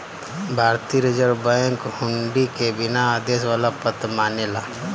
भारतीय reserve bank हुंडी के बिना आदेश वाला पत्र मानेला